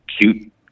cute